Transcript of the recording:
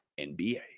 NBA